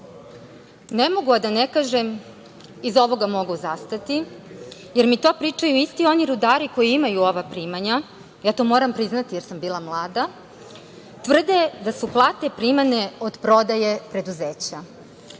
mogu a da ne kažem, iza ovoga mogu zastati, jer mi to pričaju isti oni rudari koji imaju ova primanja, ja to moram priznati, jer sam bila mlada, tvrde da su plate primane od prodaje preduzeća.